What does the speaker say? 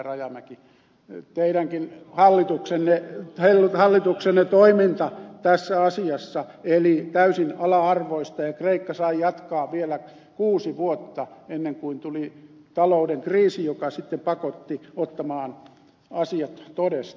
rajamäki teidänkin hallituksenne toiminta tässä asiassa eli täysin ala arvoista ja kreikka sai jatkaa vielä kuusi vuotta ennen kuin tuli talouden kriisi joka sitten pakotti ottamaan asiat todesta